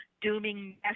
dooming